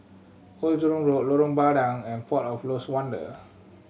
Old Jurong Road Lorong Bandang and Port of Lost Wonder